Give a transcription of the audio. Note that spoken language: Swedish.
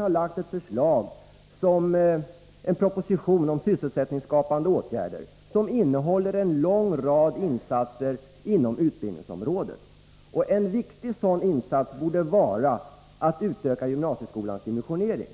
har faktiskt framlagt en proposition om sysselsättningsskapande åtgärder, som innehåller en lång rad insatser på utbildningsområdet. En viktig sådan insats borde vara att öka gymnasieskolans dimensionering.